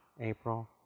April